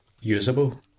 usable